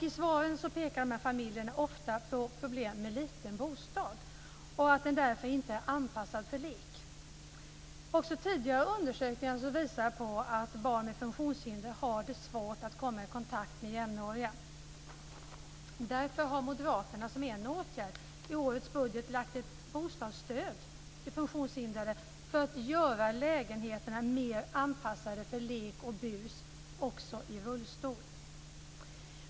I svaren pekar dessa familjer ofta på problem med liten bostad och på att bostaden därför inte är anpassad för lek. Tidigare undersökningar visar på att barn med funktionshinder har svårt att komma i kontakt med jämnåriga. Därför har moderaterna som en åtgärd i årets budget lagt in förslag om ett bostadsstöd till funktionshindrade, så att man ska kunna göra lägenheterna mer anpassade för lek och bus också i rullstol.